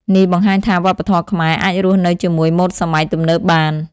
នេះបង្ហាញថាវប្បធម៌ខ្មែរអាចរស់នៅជាមួយម៉ូដសម័យទំនើបបាន។